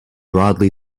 broadly